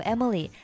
Emily